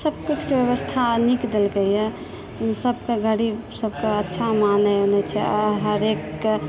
सभकिछुके व्यवस्था नीक देलकए इन सभके गरीब सभके अच्छा मानै उनै छै आ हरेककेँ